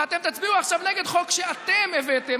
ואתם תצביעו עכשיו נגד חוק שאתם הבאתם.